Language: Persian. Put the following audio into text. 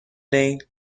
دهید